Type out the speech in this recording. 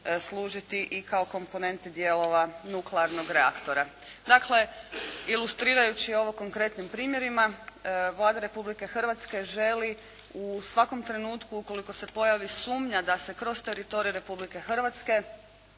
služiti i kao komponenti dijelova nuklearnog reaktora. Dakle, ilustrirajući ovo konkretnim primjerima Vlada Republike Hrvatske želi u svakom trenutku ukoliko se pojavi sumnja da se kroz teritorij Republike Hrvatske